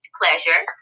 pleasure